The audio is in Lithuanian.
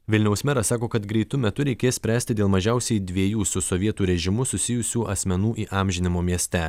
vilniaus meras sako kad greitu metu reikės spręsti dėl mažiausiai dviejų su sovietų režimu susijusių asmenų įamžinimo mieste